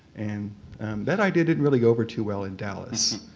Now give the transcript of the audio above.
and that idea didn't really go over too well in dallas.